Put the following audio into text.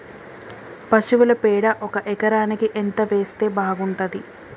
పశువుల పేడ ఒక ఎకరానికి ఎంత వేస్తే బాగుంటది?